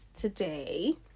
today